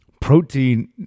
Protein